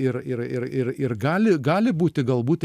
ir ir ir ir ir gali gali būti galbūt